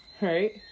Right